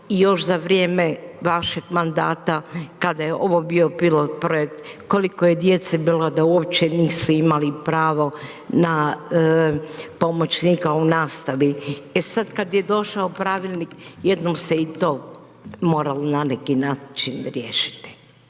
i još za vrijeme vašeg mandata kada je ovo bio pilot projekt, koliko je djece bilo da uopće nisu imali pravo na pomoćnika u nastavi. E sada kada je došao pravilnik jednom se i tom moralo na neki način riješiti.